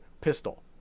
pistol